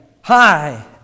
hi